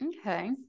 Okay